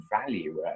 value